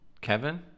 Kevin